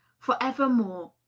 for ever more.